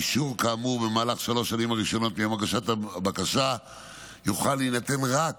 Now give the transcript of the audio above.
אישור כאמור במהלך שלוש השנים הראשונות מיום הגשת הבקשה יוכל להינתן רק